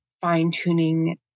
fine-tuning